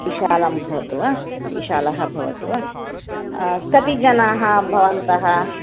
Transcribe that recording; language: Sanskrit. विशालं भवतु वा विशालः भवतु वा कति जनाः भवन्तः